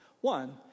One